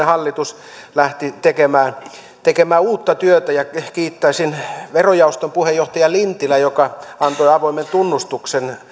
hallitus lähti tekemään tekemään uutta työtä kiittäisin verojaoston puheenjohtaja lintilää joka antoi avoimen tunnustuksen